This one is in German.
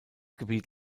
gebiet